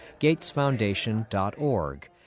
GatesFoundation.org